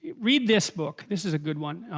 read this book this is a good one,